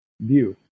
view